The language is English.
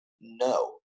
No